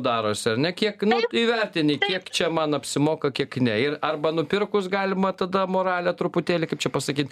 darosi ar ne kiek nu įvertini kiek čia man apsimoka kiek ne ir arba nupirkus galima tada moralę truputėlį kaip čia pasakyt